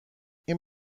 این